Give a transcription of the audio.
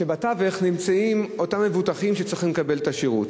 שבתווך נמצאים אותם מבוטחים שצריכים לקבל את השירות.